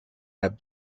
had